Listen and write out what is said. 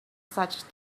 such